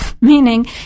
Meaning